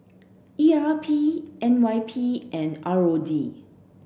E R P N Y P and R O D